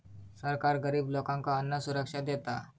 सरकार गरिब लोकांका अन्नसुरक्षा देता